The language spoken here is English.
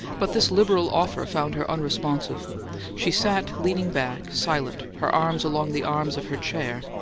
but this liberal offer found her unresponsive she sat leaning back, silent, her arms along the arms of her chair,